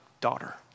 daughter